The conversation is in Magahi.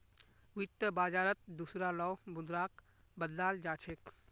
वित्त बाजारत दुसरा लो मुद्राक बदलाल जा छेक